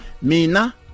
Mina